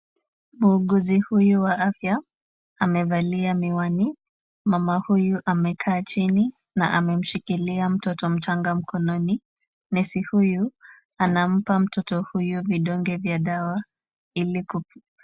Muuguzi huyu wa afya amevalia miwani. Mama huyu amekaa chini na ameshikilia mtoto mchanga mkononi. Nesi huyu anampa mtoto huyu vidonge vya dawa.